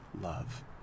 love